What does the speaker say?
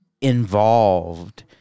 involved